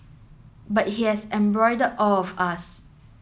but it has embroiled all of us